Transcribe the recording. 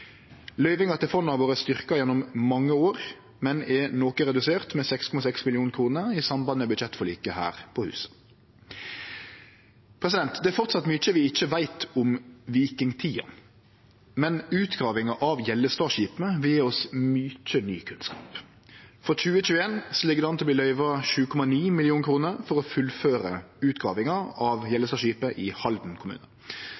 Løyvinga til fondet har vore styrkt gjennom mange år, men er noko redusert med 6,6 mill. kr i samband med budsjettforliket her på huset. Det er framleis mykje vi ikkje veit om vikingtida, men utgravinga av Gjellestadskipet vil gje oss mykje ny kunnskap. For 2021 ligg det an til å verte løyvd 7,9 mill. kr for å fullføre utgravinga av